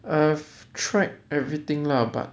I've tried everything lah but